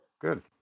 Good